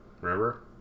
Remember